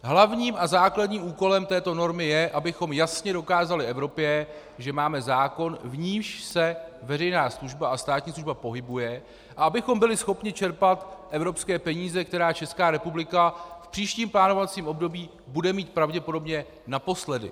Hlavním a základním úkolem této novely je, abychom jasně dokázali Evropě, že máme zákon, v němž se veřejná služba a státní služba pohybuje, a abychom byli schopni čerpat evropské peníze, které Česká republika v příštím plánovacím období bude mít pravděpodobně naposledy.